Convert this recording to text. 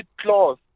clause